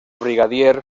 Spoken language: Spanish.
brigadier